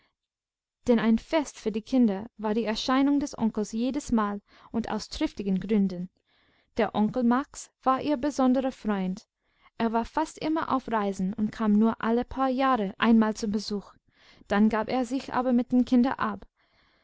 denn ein fest für die kinder war die erscheinung des onkels jedesmal und aus triftigen gründen der onkel max war ihr besonderer freund er war fast immer auf reisen und kam nur alle paar jahre einmal zum besuch dann gab er sich aber mit den kindern ab